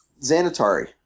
Xanatari